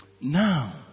Now